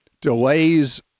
delays